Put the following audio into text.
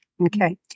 Okay